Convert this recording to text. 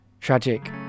tragic